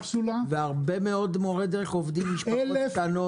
הרבה מאוד מורי דרך עובדים עם משפחות קטנות